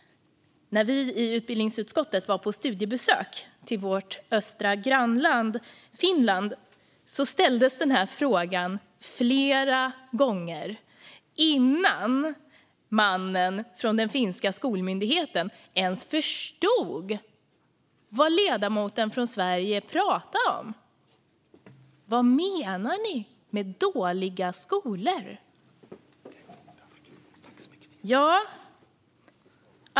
När vi i utbildningsutskottet var på studiebesök till vårt östra grannland Finland ställdes denna fråga flera gånger innan mannen från den finländska skolmyndigheten ens förstod vad ledamoten från Sverige pratade om. "Vad menar ni med dåliga skolor?